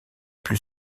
plus